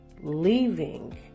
leaving